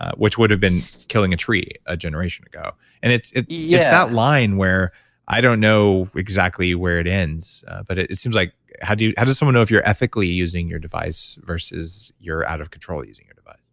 which would have been killing a tree a generation ago and it's yeah that line where i don't know exactly where it ends but it it seems like how do you, how does someone know if you're ethically using your device versus you're out of control using your device?